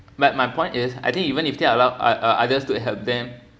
but my point is I think even if they're allowed oth~ oth~ others to help them